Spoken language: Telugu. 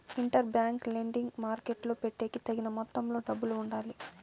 ఇంటర్ బ్యాంక్ లెండింగ్ మార్కెట్టులో పెట్టేకి తగిన మొత్తంలో డబ్బులు ఉండాలి